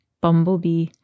bumblebee